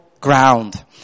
ground